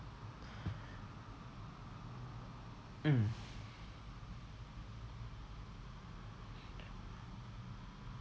mm